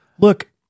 Look